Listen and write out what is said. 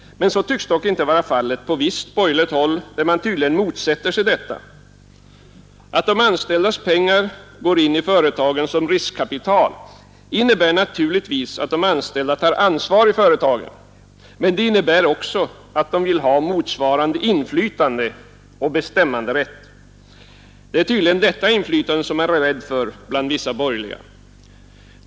Så tycks dock inte vara fallet på visst borgerligt håll, där man tydligen motsätter sig detta. Att de anställdas pengar går in i företagen som riskkapital innebär naturligtvis att de anställda tar ansvar i företagen, men det innebär också att de vill ha motsvarande inflytande och bestämmanderätt. Det är tydligen detta inflytande man är rädd för bland vissa borgerliga.